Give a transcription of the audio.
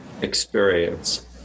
experience